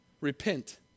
Repent